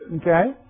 Okay